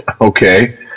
Okay